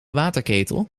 waterketel